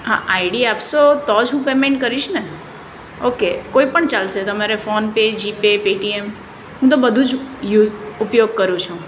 હા આઈડી આપશો તો જ હું પેમેન્ટ કરીશ ને ઓકે કોઈપણ ચાલશે તમારે ફોનપે જીપે પેટીએમ હું તો બધું જ યુઝ ઉપયોગ કરું છું